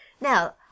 Now